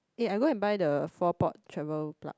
eh I go and buy the four port travel plug